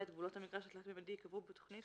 (ב)גבולות המגרש התלת־ממדי ייקבעו בתכנית